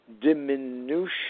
diminution